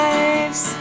Lives